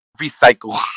recycle